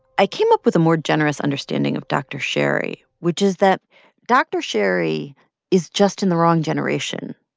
i came up with a more generous understanding of dr. sherry, which is that dr. sherry is just in the wrong generation.